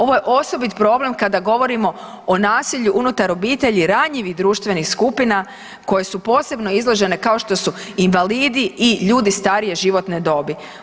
Ovo je osobit problem kada govorimo o nasilju unutar obitelji ranjivih društvenih skupina koje su posebno izložene, kao što su invalidi i ljudi starije životne dobi.